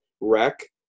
wreck